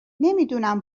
نمیدونم